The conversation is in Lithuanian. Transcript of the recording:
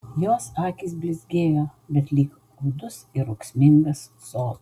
jos akys blizgėjo bet lyg gūdus ir ūksmingas sodas